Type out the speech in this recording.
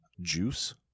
juice